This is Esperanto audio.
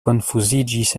konfuziĝis